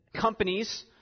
companies